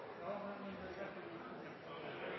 da: Har